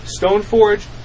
Stoneforge